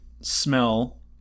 smell